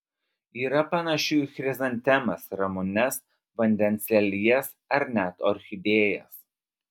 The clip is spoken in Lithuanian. yra panašių į chrizantemas ramunes vandens lelijas ar net orchidėjas